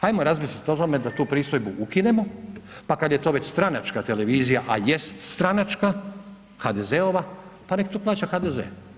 Hajmo razmisliti o tome da tu pristojbu ukinemo, pa kad je to već stranačka televizija, a jest stranačka, HDZ-ova, pa neka to plaća HDZ.